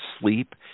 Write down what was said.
sleep